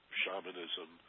shamanism